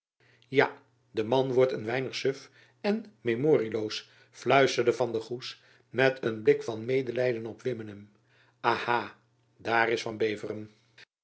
ja de man wordt een weinig suf en memorieloos fluisterde van der goes met een blik van medelijden op wimmenum aha daar is beveren